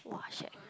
!wah! shag